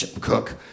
cook